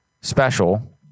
special